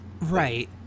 Right